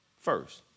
first